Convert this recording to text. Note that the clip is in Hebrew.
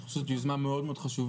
אני חושב שזאת יוזמה מאוד מאוד חשובה,